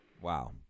Wow